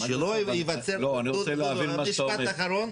שלא ייווצר, משפט אחרון.